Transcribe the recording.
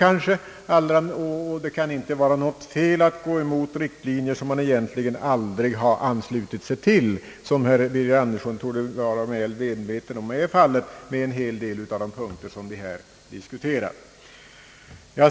Och det kan inte vara något fel att gå emot riktlinjer som man egentligen aldrig har anslutit sig till, vilket herr Birger Andersson torde vara väl medveten om är fallet med en hel del av de punkter, som vi här diskuterar.